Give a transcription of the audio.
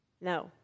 No